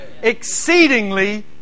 Exceedingly